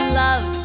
love